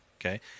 Okay